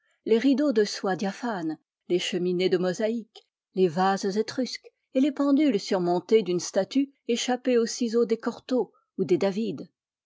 les rideaux de soie diaphane les cheminées de mosaïque les vases étrusques et les pendules surmontées d'une statue échappée au ciseau des cortot ou des david